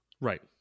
Right